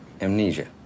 Amnesia